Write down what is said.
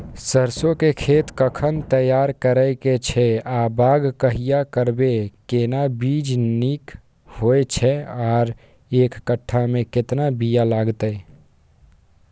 सरसो के खेत कखन तैयार करै के छै आ बाग कहिया करबै, केना बीज नीक होय छै आर एक कट्ठा मे केतना बीया लागतै?